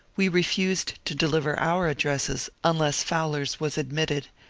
we refused to deliver our addresses unless fowler's was admitted,